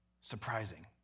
surprising